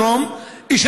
מחוז הדרום ידע,